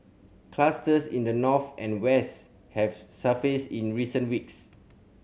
clusters in the north and west have surfaced in recent weeks